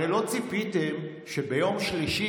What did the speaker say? הרי לא ציפיתם שביום שלישי,